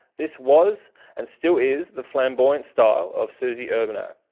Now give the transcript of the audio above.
this was and still is the flamboyant style of suzy urbaniak.